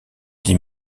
des